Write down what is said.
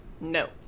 No